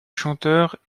chanteur